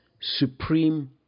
supreme